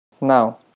Now